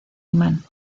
imán